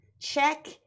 check